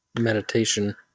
meditation